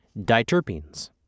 Diterpenes